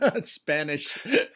Spanish